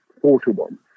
four-to-one